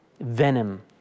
venom